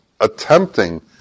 attempting